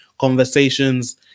conversations